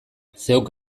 zeuk